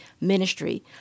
ministry